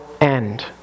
end